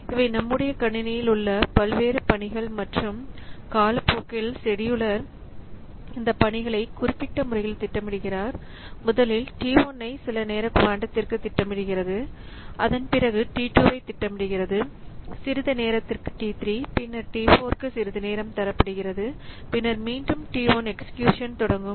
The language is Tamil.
இவை நம்முடைய கணினியில் உள்ள பல்வேறு பணிகள் மற்றும் காலப்போக்கில் செடியூலர் இந்த பணிகளை குறிப்பிட்ட முறையில் திட்டமிடுகிறார் முதலில் TI ஐ சில நேர குவாண்டத்திற்கு திட்டமிடுகிறது அதன் பிறகு T2 ஐ திட்டமிடுகிறது சிறிது நேரத்திற்கு T3 பின்னர் T4 க்கு சிறிது நேரம் தரப்படுகிறது பின்னர் மீண்டும் T1 எக்சீக்யூசன் தொடங்கும்